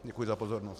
Děkuji za pozornost.